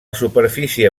superfície